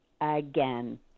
again